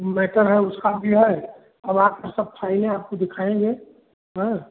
matter है उसका भी है अब आप सब फाइलें आपको दिखाएँगे हाँ